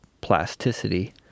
plasticity